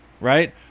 right